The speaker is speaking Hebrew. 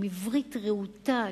עם עברית רהוטה,